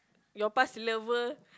your past lover